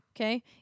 Okay